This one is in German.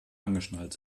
angeschnallt